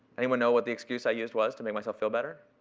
anyone know what the excuse i used was to make myself feel better?